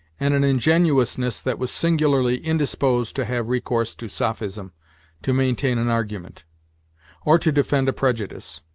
and an ingenuousness that was singularly indisposed to have recourse to sophism to maintain an argument or to defend a prejudice.